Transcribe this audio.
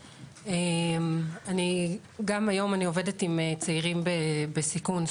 גם היום אני עובדת עם צעירים בסיכון.